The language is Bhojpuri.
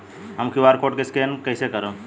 हम क्यू.आर कोड स्कैन कइसे करब?